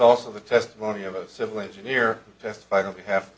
also the testimony of a civil engineer testified on behalf